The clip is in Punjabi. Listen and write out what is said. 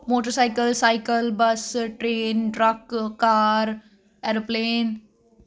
motorcycle cycle bus train truck car aeroplane